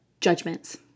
judgments